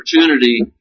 opportunity